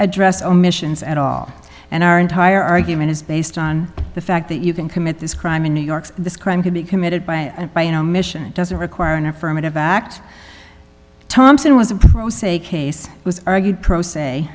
address omissions at all and our entire argument is based on the fact that you can commit this crime in new york this crime could be committed by and by omission it doesn't require an affirmative act thompson was a pro se case was argued pro